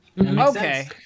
Okay